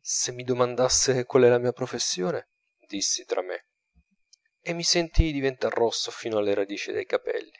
se mi domandasse qual è la mia professione dissi tra me e mi sentii diventar rosso fino alla radice dei capelli